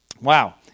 wow